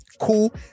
Cool